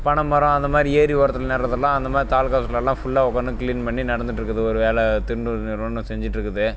பனைமரம் அந்த மாதிரி ஏரி ஓரத்தில் நடுகிறதெல்லாம் அந்த மாதிரி தாலுக்கா ஆஃபிஸ்சில் எல்லாம் புல்லாக ஒவ்வொன்றும் க்ளீன் பண்ணி நடந்துகிட்ருக்குது ஒரு வேலை தொண்டு நிறுவனம் செஞ்சுட்ருக்குது